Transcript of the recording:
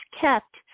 kept